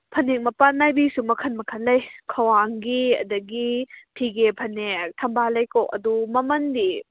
ꯐꯅꯦꯛ ꯃꯄꯥꯟ ꯅꯥꯏꯕꯤꯁꯨ ꯃꯈꯜ ꯃꯈꯜ ꯂꯩ ꯈ꯭ꯋꯥꯡꯒꯤ ꯑꯗꯨꯗꯒꯤ ꯐꯤꯒꯦ ꯐꯅꯦꯛ ꯊꯝꯕꯥꯜ ꯂꯩꯈꯣꯛ ꯑꯗꯨ ꯃꯃꯜꯗꯤ